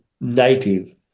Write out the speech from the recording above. native